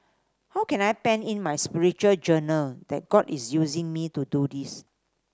how can I pen in my spiritual journal that God is using me to do this